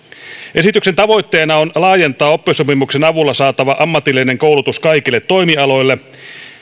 esityksen tavoitteena on laajentaa oppisopimuksen avulla saatava ammatillinen koulutus kaikille toimialoille